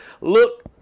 Look